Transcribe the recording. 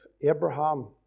Abraham